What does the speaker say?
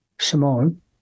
Simone